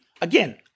again